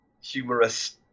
humorous